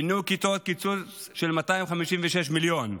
בינוי כיתות, קיצוץ של 256 מיליון.